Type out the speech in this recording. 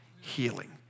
healing